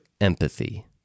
empathy